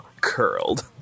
curled